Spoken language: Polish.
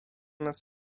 nas